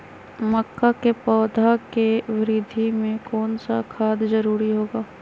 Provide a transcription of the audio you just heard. मक्का के पौधा के वृद्धि में कौन सा खाद जरूरी होगा?